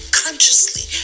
consciously